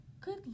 Good